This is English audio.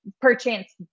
perchance